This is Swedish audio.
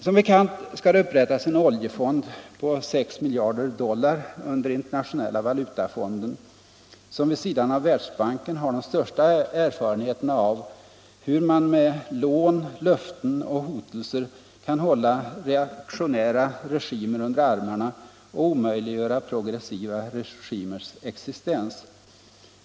Som bekant skall det upprättas en oljefond på 6 miljarder dollar under Internationella valutafonden, som vid sidan av Världsbanken har de största erfarenheterna av hur man med lån, löften och hotelser kan hålla reaktionära regimer under armarna och omöjliggöra progressiva regimers existens.